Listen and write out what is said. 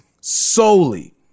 solely